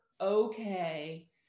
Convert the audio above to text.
Okay